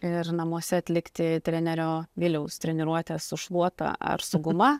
ir namuose atlikti trenerio viliaus treniruotes su šluota ar su guma